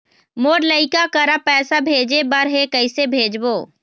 मोर लइका करा पैसा भेजें बर हे, कइसे भेजबो?